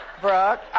Brooke